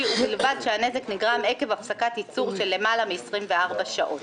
ובלבד שהנזק נגרם עקב הפסקת ייצור של למעלה מ-24 שעות,"